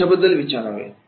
याबद्दल विचारावे